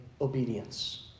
obedience